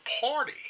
party